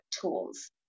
tools